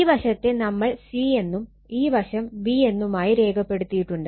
ഈ വശത്തെ നമ്മൾ C എന്നും ഈ വശം v എന്നുമായി രേഖപ്പെടുത്തിയിട്ടുണ്ട്